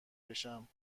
بشم